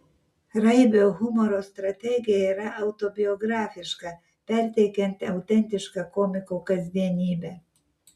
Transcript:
raibio humoro strategija yra autobiografiška perteikianti autentišką komiko kasdienybę